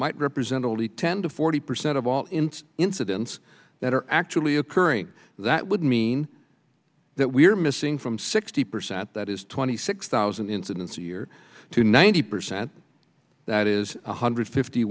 might represent only ten to forty percent of all incidents that are actually occurring that would mean that we're missing from sixty percent that is twenty six thousand incidents a year to ninety percent that is one hundred fifty